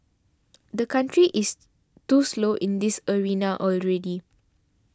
the country is too slow in this arena already